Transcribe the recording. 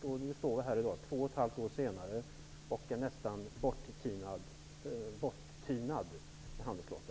Nu står vi här, två och ett halvt år senare, med en nästan borttynad handelsflotta.